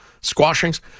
squashings